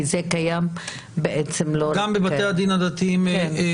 כי זה קיים בעצם לא רק --- גם בבתי הדין הדתיים האחרים?